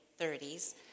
30s